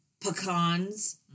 pecans